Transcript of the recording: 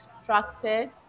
distracted